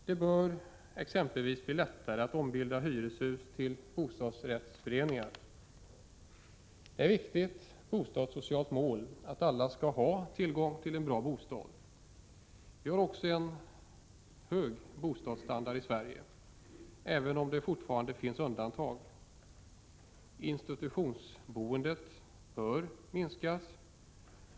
Det bör exempelvis bli lättare att ombilda hyreshus till bostadsrättsföreningar. Det är ett viktigt bostadssocialt mål att alla skall ha tillgång till en bra bostad. Vi har också en hög bostadsstandard i Sverige, även om det fortfarande finns undantag. Institutionsboendet bör minskas.